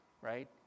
right